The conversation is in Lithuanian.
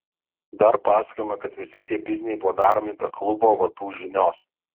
dar pasakojama kad visi tie bizniai buvo daromi be klubo vadų žinios